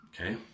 Okay